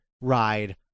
ride